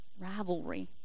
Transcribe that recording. Rivalry